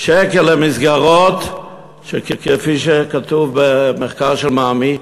השקלים למסגרות כפי שכתוב במחקר של הממ"מ?